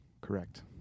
Correct